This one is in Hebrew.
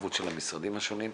המעורבות של המשרדים השונים.